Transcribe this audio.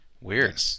Weird